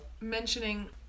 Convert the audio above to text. mentioning